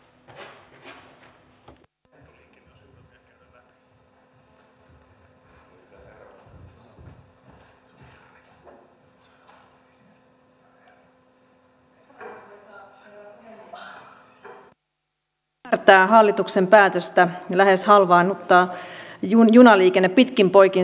en voi ymmärtää hallituksen päätöstä lähes halvaannuttaa junaliikenne pitkin poikin suomea